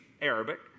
Arabic